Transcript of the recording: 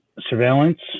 surveillance